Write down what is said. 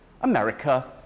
America